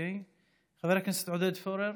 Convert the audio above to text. חבר הכנסת עודד פורר,